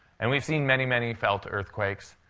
and we've seen many, many felt earthquakes.